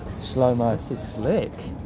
slo-mo. this is slick.